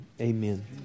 Amen